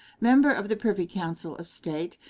member of the privy council of state,